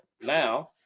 now